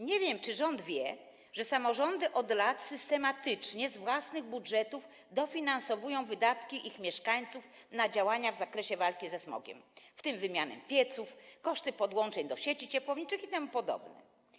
Nie wiem, czy rząd wie, że samorządy od lat systematycznie z własnych budżetów dofinansowują wydatki ich mieszkańców na działania w zakresie walki ze smogiem, w tym wymianę pieców, koszty podłączeń do sieci ciepłowniczych itp.